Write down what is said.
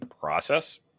process